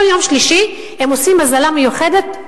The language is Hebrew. כל יום שלישי הם עושים הוזלה מיוחדת,